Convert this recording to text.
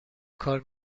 کار